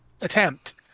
attempt